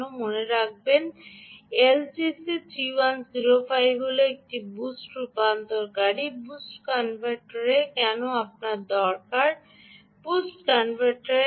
মনে রাখবেন এলটিসি 3105 হল একটি বুস্ট রূপান্তরকারী কেন আপনার বুস্ট কনভার্টারের দরকার